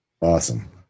Awesome